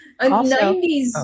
90s